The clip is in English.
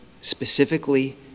specifically